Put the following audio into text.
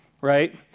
right